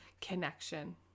connection